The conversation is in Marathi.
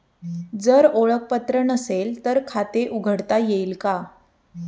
जर ओळखपत्र नसेल तर खाते उघडता येईल का?